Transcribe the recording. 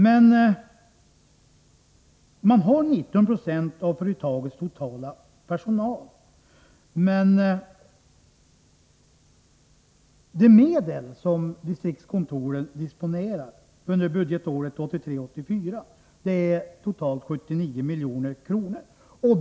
Distrikten har 1996 av företagets totala personal, men de medel som distriktskontoren disponerar under budgetåret 1983/84 uppgår till totalt 79 milj.kr.